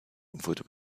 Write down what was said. wurde